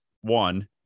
one